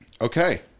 Okay